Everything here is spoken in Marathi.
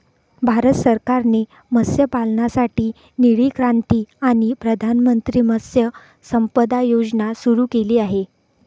भारत सरकारने मत्स्यपालनासाठी निळी क्रांती आणि प्रधानमंत्री मत्स्य संपदा योजना सुरू केली आहे